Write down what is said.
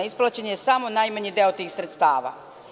Isplaćen je samo najmanji deo tih sredstava.